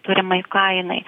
turimai kainai